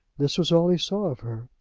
this was all he saw of her,